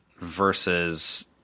versus